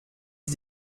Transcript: ist